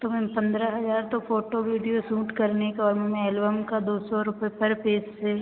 तो मैम पन्द्रह हज़ार तो फ़ोटो वीडियो सूट करने का और मैं एल्बम का दो सौ रुपये पर पेज से